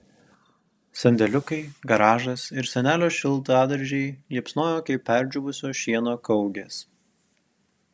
sandėliukai garažas ir senelio šiltadaržiai liepsnojo kaip perdžiūvusio šieno kaugės